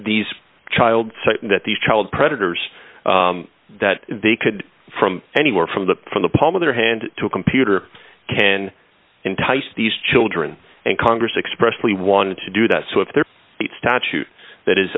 these child said that these child predators that they could from anywhere from the from the palm of their hand to a computer can entice these children and congress expressly wanted to do that so if there statute that is